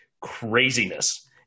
craziness